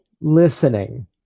listening